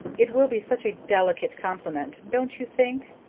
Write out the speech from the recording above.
it will be such a delicate compliment, don't you think?